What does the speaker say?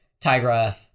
Tigra